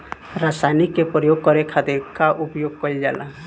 रसायनिक के प्रयोग करे खातिर का उपयोग कईल जाला?